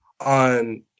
on